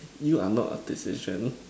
you are not a decision